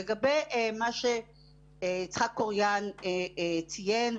לגבי מה שיצחק אוריין ציין,